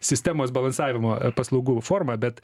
sistemos balansavimo paslaugų forma bet